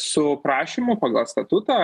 su prašymu pagal statutą